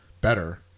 better